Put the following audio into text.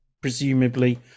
presumably